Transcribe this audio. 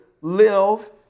live